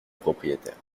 propriétaire